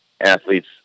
athletes